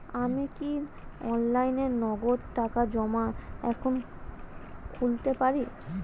আমি কি অনলাইনে নগদ টাকা জমা এখন খুলতে পারি?